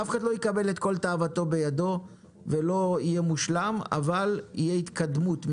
אף אחד לא יקבל את כל תאוותו בידו ולא יהיה מושלם אבל תהיה התקדמות,